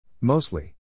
Mostly